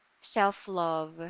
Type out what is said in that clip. Self-love